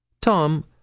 Tom